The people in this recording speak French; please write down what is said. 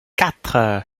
quatre